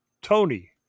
Tony